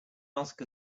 ask